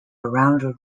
around